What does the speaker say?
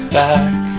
back